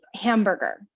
hamburger